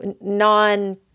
non